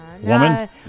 woman